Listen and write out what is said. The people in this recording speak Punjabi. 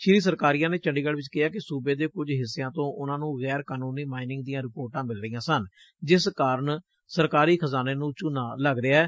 ਸ੍ਰੀ ਸਰਕਾਰੀਆ ਨੇ ਚੰਡੀਗੜ ਚ ਕਿਹਾ ਕਿ ਸੁਬੇ ਦੇ ਕੁਝ ਹਿੱਸਿਆਂ ਤੋ ਉਨ੍ਨਾਂ ਨੂੰ ਗੈਰ ਕਾਨੂੰਨੀ ਮਾਈਨਿੰਗ ਦੀਆਂ ਰਿਪੋਰਟਾਂ ਮਿਲ ਰਹੀਆਂ ਸਨ ਜਿਸ ਕਾਰਨ ਸਰਕਾਰੀ ਖਜ਼ਾਨੇ ਨੰ ਚੁਨਾ ਲੱਗ ਰਿਹੈ